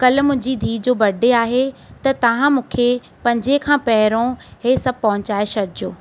कल्ह मुंहिजी धीअ जो बर्डे आहे त तव्हां मूंखे पंहिंजे खां पहिरियों हीअ सभु पहुचाए छॾिजो